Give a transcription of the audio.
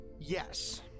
Yes